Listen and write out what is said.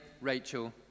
Rachel